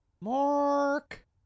Mark